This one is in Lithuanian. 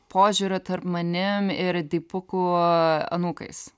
požiūriu tarp manim ir dipukų anūkais